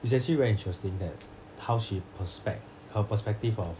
it's actually very interesting that how she prospect her perspective of